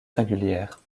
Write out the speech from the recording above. singulières